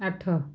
ଆଠ